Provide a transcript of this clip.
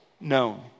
known